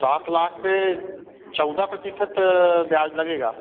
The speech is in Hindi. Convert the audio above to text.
सात लाख पर चौदह प्रतिशत ब्याज लगेगा